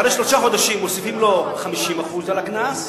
אחרי שלושה חודשים מוסיפים לו 50% על הקנס,